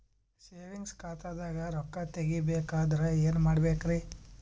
Savings ಖಾತಾದಾಗ ರೊಕ್ಕ ತೇಗಿ ಬೇಕಾದರ ಏನ ಮಾಡಬೇಕರಿ?